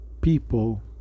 people